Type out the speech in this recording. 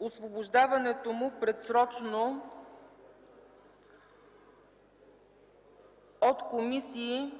освобождаване от комисии